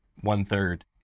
one-third